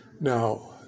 Now